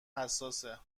حساسه